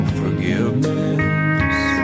forgiveness